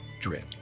drip